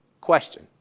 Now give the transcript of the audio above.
Question